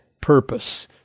purpose